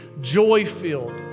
joy-filled